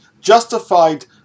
justified